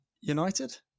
United